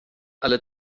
ale